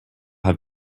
have